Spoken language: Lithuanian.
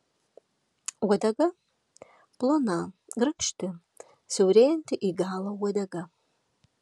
uodega plona grakšti siaurėjanti į galą uodega